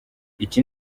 iki